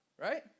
right